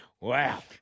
Wow